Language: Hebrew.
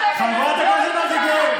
חברת הכנסת וולדיגר,